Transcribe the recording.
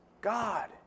God